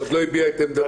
שעוד לא הביע את עמדתו.